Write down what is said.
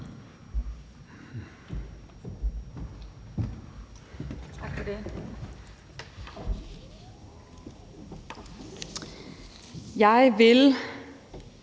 Jeg vil